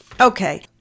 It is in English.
Okay